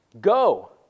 Go